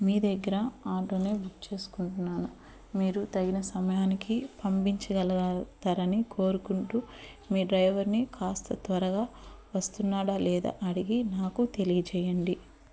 మీ దగ్గర auto book చేసుకుంటున్నాను మీరు తగిన సమయానికి పంపించగలుగుతారని కోరుకుంటు మీ డ్రైవర్ని కాస్త త్వరగా వస్తున్నాడా లేదా అడిగి నాకు తెలియచేయండి